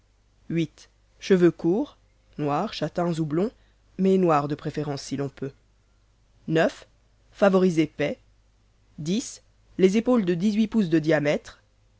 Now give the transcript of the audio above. cheveux courts noirs châtains ou blonds mais noirs de préférence si l'on peut neuf favoris et paix dix les épaules de dix-huit pouces de diamètre